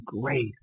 grace